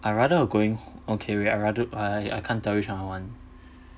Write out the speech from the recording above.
I rather a going h~ okay wait I rather I I I can't tell which one I want